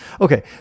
Okay